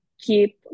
keep